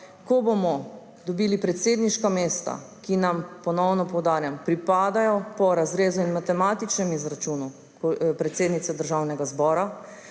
ko bomo dobili predsedniška mesta, ki nam, ponovno poudarjam, pripadajo po razrezu in matematičnem izračunu predsednice Državnega zbora,